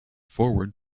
forward